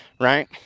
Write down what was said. right